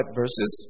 verses